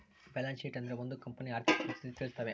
balance sheet ಅಂದ್ರೆ ಒಂದ್ ಕಂಪನಿಯ ಆರ್ಥಿಕ ಪರಿಸ್ಥಿತಿ ತಿಳಿಸ್ತವೆ